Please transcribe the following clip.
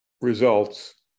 results